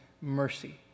mercy